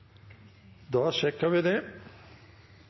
Da er det